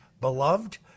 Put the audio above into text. beloved